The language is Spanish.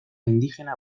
indígena